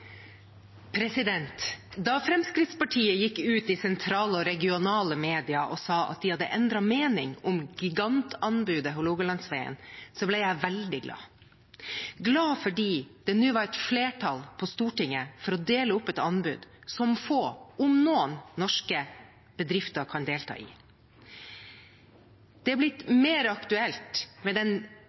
sa at de hadde endret mening om gigantanbudet Hålogalandsvegen, ble jeg veldig glad. Jeg ble glad fordi det nå var et flertall på Stortinget for å dele opp et anbud som få – om noen – norske bedrifter kan delta i. Det har blitt mer aktuelt i den